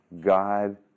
God